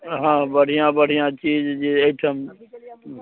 हाँ बढ़िआँ बढ़िआँ चीज जे एहिठाम